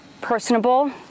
Personable